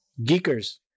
Geekers